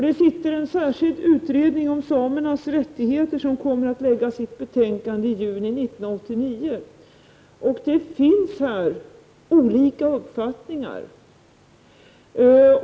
Det sitter en särskild utredning om samernas rättigheter som kommer att lägga fram sitt betänkande i juni 1989. Det finns här olika uppfattningar.